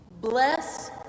Bless